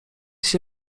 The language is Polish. się